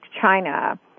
China